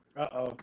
Uh-oh